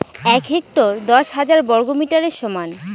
এক হেক্টর দশ হাজার বর্গমিটারের সমান